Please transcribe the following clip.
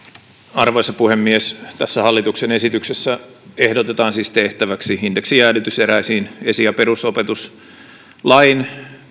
arvoisa puhemies tässä hallituksen esityksessä ehdotetaan siis tehtäväksi indeksijäädytys eräiden esi ja perusopetuslain